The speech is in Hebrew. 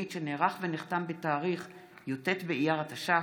שנערך ונחתם בתאריך י"ט באייר התש"ף,